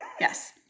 Yes